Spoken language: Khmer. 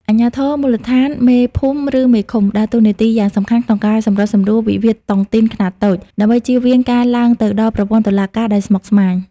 អាជ្ញាធរមូលដ្ឋាន (មេភូមិ ឬមេឃុំ) ដើរតួនាទីយ៉ាងសំខាន់ក្នុងការសម្រុះសម្រួលវិវាទតុងទីនខ្នាតតូច ដើម្បីជៀសវាងការឡើងទៅដល់ប្រព័ន្ធតុលាការដែលស្មុគស្មាញ។